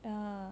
ya